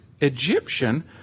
Egyptian